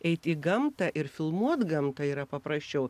eiti į gamtą ir filmuoti gamtą yra paprasčiau